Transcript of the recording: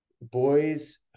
boys